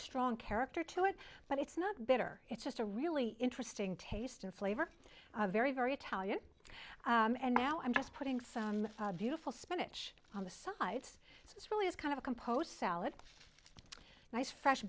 strong character to it but it's not bitter it's just a really interesting taste and flavor very very italian and now i'm just putting some beautiful spinach on the sides so this really is kind of composed salad nice fresh